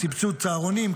סבסוד צהרונים,